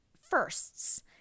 firsts